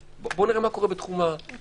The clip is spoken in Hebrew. בואו נראה מה קורה בתחום השטרות,